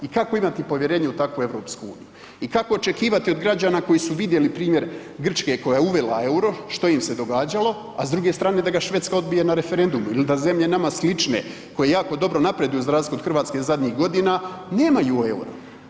I kako imati povjerenje u takvu EU i kako očekivati od građana koji su vidjeli primjer Grčke koja je uvela EUR-o što im se događalo, a s druge strane da ga Švedska odbije na referendumu il da zemlje nama slične koje jako dobro napreduju za razliku od Hrvatske zadnjih godina nemaju EUR-o.